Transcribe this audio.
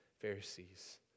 Pharisees